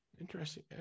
interesting